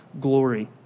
glory